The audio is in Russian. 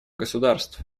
государств